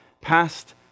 past